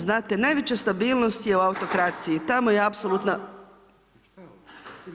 Znate, najveća stabilnost je u autokraciji, tamo je apsolutna…